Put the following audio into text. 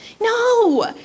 No